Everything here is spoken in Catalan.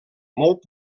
molt